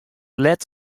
let